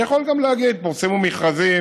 אני יכול גם להגיד: פורסמו מכרזים,